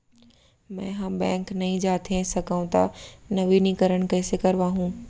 मैं ह बैंक नई जाथे सकंव त नवीनीकरण कइसे करवाहू?